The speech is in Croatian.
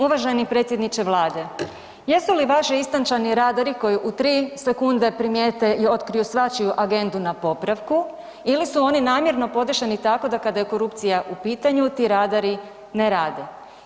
Uvaženi predsjedniče vlade, jesu li vaši istančani radari koji u 3 sekunde primijete i otkriju svačiju agendu na popravku ili su oni namjerno podešeni tako da kada je korupcija u pitanju ti radari ne rade?